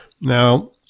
Now